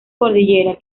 cordillera